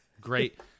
great